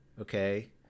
Okay